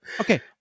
Okay